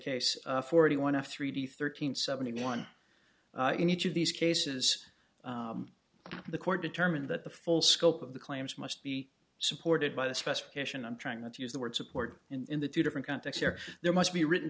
case forty one after three d thirteen seventy one in each of these cases the court determined that the full scope of the claims must be supported by the specification i'm trying not to use the word support in the two different context here there must be written